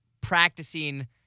practicing